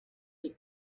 die